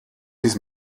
his